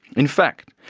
in fact,